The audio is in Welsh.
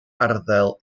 arddel